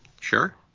Sure